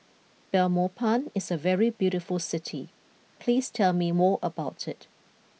Belmopan is a very beautiful city please tell me more about it